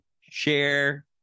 share